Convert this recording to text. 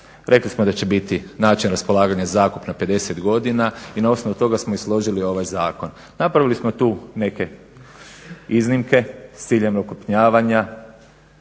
Rekli smo da će biti način raspolaganja zakup na 50 godina i na osnovu toga smo i složili ovaj zakon. Napravili smo tu neke iznimke s ciljem okrupnjavanja